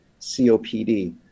copd